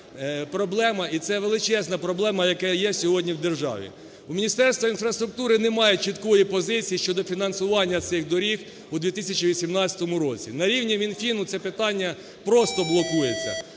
проблема і це величезна проблема, яка є сьогодні в державі. У Міністерства інфраструктури немає чіткої позиції щодо фінансування цих доріг у 2018 році. На рівні Мінфіну це питання просто блокується.